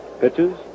Pitches